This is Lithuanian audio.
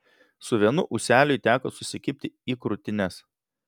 su vienu ūseliui teko susikibti į krūtines